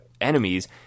enemies